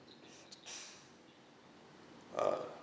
uh